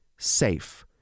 safe